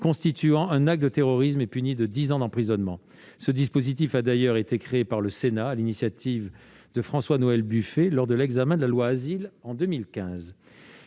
constituant un acte de terrorisme et puni de dix ans d'emprisonnement. Ce dispositif a d'ailleurs été créé au Sénat, sur l'initiative de François-Noël Buffet, lors de l'examen de la loi Asile en 2015.